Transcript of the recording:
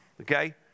Okay